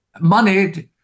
money